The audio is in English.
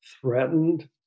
threatened